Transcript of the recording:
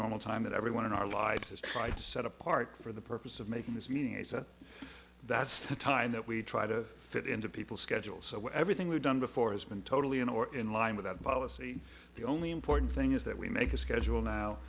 normal time that everyone in our lives has tried to set apart for the purpose of making this meeting that's the time that we try to fit into people's schedules so everything we've done before has been totally on or in line with that policy the only important thing is that we make a schedule now